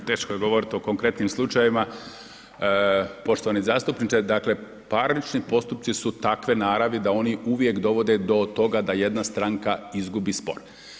Dakle teško je govoriti o konkretnim slučajevima, poštovani zastupniče, dakle parnični postupci su takve naravi da oni uvijek dovode do toga da jedna stranka izgubi spor.